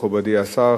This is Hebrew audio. מכובדי השר,